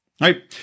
right